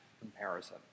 comparison